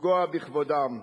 לפגוע בכבודם,